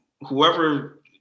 whoever